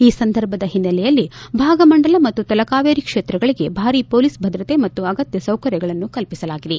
ಈ ಸಂದರ್ಭದ ಹಿನ್ನೆಲೆಯಲ್ಲಿ ಭಾಗಮಂಡಲ ಮತ್ತು ತಲಕಾವೇರಿ ಕ್ಷೇತ್ರಗಳಿಗೆ ಭಾರಿ ಪೊಲೀಸ್ ಭದ್ರತೆ ಮತ್ತು ಅಗತ್ಯ ಸೌಕರ್ಯಗಳನ್ನು ಕಲ್ಪಿಸಲಾಗಿದೆ